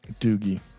Doogie